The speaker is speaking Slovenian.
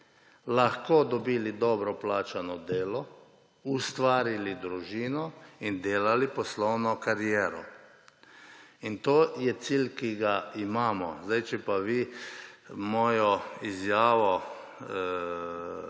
lahko dobili dobro plačano delo, ustvarili družino in delali poslovno kariero. In to je cilj, ki ga imamo. Če pa vi mojo izjavo